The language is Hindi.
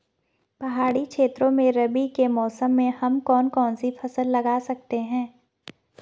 पहाड़ी क्षेत्रों में रबी के मौसम में हम कौन कौन सी फसल लगा सकते हैं?